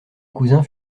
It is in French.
cousins